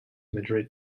madrid